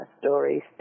stories